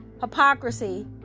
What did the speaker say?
hypocrisy